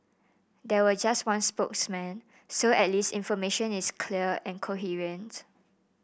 there were just one spokesman so at least information is clear and coherent